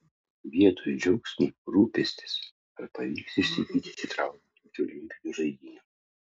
vietoj džiaugsmo rūpestis ar pavyks išsigydyti traumą iki olimpinių žaidynių